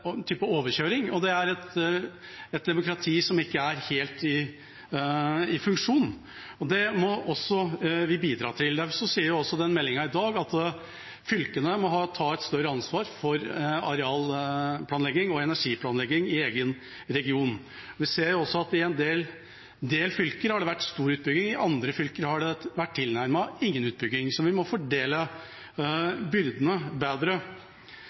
type overkjøring. Det er et demokrati som ikke er helt i funksjon. Det må vi bidra til at det blir. Derfor sier også denne meldinga i dag at fylkene må ta et større ansvar for arealplanlegging og energiplanlegging i egen region. Vi ser at i en del fylker har det vært stor utbygging. I andre fylker har det vært tilnærmet ingen utbygging. Vi må fordele byrde bedre.